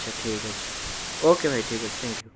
ଆଛା ଠିକ୍ ଅଛି ଓକେ ଭାଇ ଠିକ୍ ଅଛି ଥ୍ୟାଙ୍କ ୟୁ